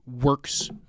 works